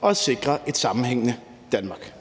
og sikre et sammenhængende Danmark.